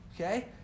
Okay